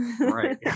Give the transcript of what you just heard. Right